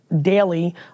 daily